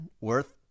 worth